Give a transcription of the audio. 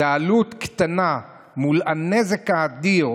זו עלות קטנה מול הנזק האדיר